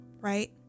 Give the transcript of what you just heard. right